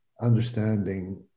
understanding